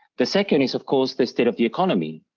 the second is of course, the state of the economy.